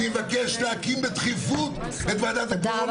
אני מבקש להקים בדחיפות את ועדת הקורונה,